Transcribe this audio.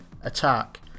attack